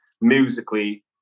musically